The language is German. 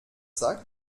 sagt